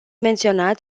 menționat